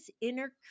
inner